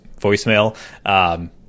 voicemail